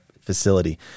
facility